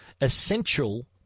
essential